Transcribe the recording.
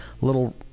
little